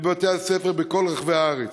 בבתי-הספר בכל רחבי הארץ.